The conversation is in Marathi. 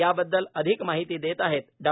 याबद्दल अधिक माहिती देत आहेत डॉ